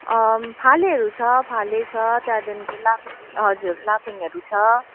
फालेहरू छ फाले छ त्यहाँदेखिको लाफ् हजुर लाफिङ्गहरू छ